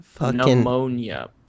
Pneumonia